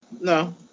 No